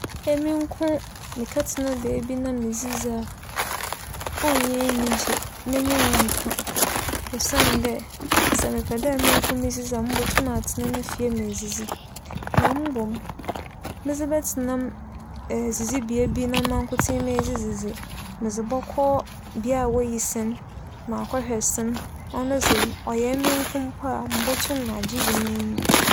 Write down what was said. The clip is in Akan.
Emi nko mekɛtsena beebi na midzidzi a, ͻnnyɛ enyigye. M'enyi rennka osiandɛ, sɛ mɛpɛ dɛ monko midzidzi a, mobotum atsena me fie m'edzidzi na mbom medze bɛtsena edzidzi bea bi na mankotsee m'edzidzi dze, medze bͻkͻ bea woyi sen m'akͻ hwɛ sen, ͻno ͻyɛ emi nko mpo a mobotum agyegye m'enyi.